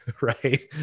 Right